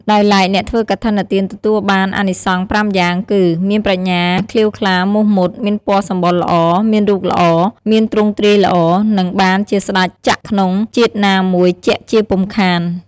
ដោយឡែកអ្នកធ្វើកឋិនទានទទួលបានអានិសង្ស៥យ៉ាងគឺ មានប្រាជ្ញាក្លៀវក្លាមុះមុត មានពណ៌សម្បុរល្អ មានរូបល្អ មានទ្រង់ទ្រាយល្អ នឹងបានជាស្តេចចក្រក្នុងជាតិណាមួយជាក់ជាពុំខាន។